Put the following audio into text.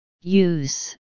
use